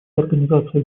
организации